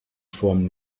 form